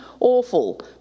Awful